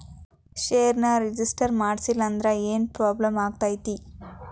ಷೇರ್ನ ರಿಜಿಸ್ಟರ್ ಮಾಡ್ಸಿಲ್ಲಂದ್ರ ಏನ್ ಪ್ರಾಬ್ಲಮ್ ಆಗತೈತಿ